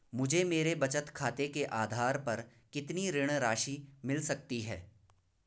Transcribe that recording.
मुझे मेरे बचत खाते के आधार पर कितनी ऋण राशि मिल सकती है?